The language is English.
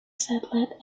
settled